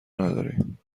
نداریم